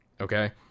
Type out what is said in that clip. Okay